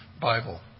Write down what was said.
Bible